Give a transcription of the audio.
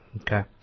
Okay